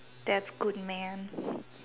that's good man